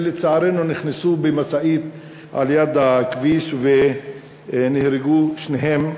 ולצערנו הם נכנסו במשאית על יד הכביש ונהרגו שניהם,